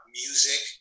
music